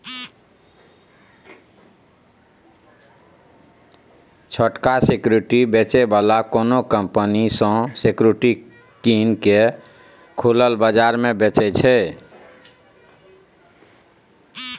छोटका सिक्युरिटी बेचै बला कोनो कंपनी सँ सिक्युरिटी कीन केँ खुलल बजार मे बेचय छै